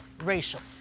racial